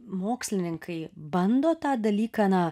mokslininkai bando tą dalyką na